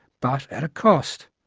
but at a cost.